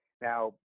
now